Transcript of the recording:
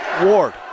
Ward